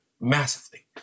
massively